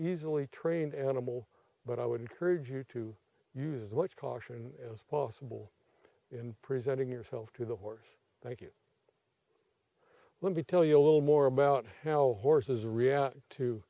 easily trained animal but i would encourage you to use as much caution as possible in presenting yourself to the horse thank you let me tell you a little more about how horses react to